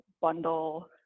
bundle